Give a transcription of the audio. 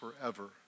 forever